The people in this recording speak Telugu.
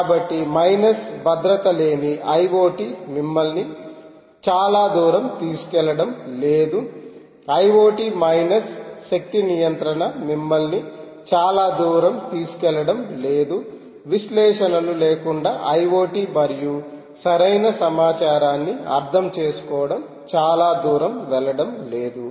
కాబట్టి మైనస్ భద్రత లేని IoT మిమ్మల్ని చాలా దూరం తీసుకెళ్లడం లేదు IoT మైనస్ శక్తి నియంత్రణ మిమ్మల్ని చాలా దూరం తీసుకెళ్లడం లేదు విశ్లేషణలు లేకుండా IoT మరియు సరైన సమాచారాన్ని అర్థం చేసుకోవడం చాలా దూరం వెళ్ళడం లేదు